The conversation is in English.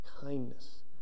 kindness